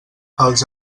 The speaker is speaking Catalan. els